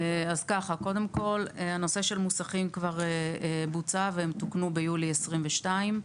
קודם כל נושא המוסכים כבר בוצע ותוקן ביולי 2022,